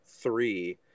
three